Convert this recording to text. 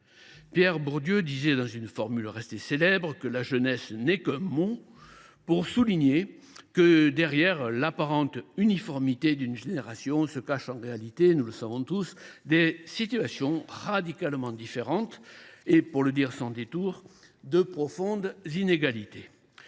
Pierre Bourdieu disait, dans une formule restée célèbre, que « la “jeunesse” n’est qu’un mot », pour souligner que, derrière l’apparente uniformité d’une génération, se cachent en réalité des situations radicalement différentes et, pour le dire sans détour, de profondes inégalités.